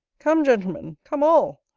come, gentlemen! come, all!